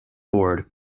board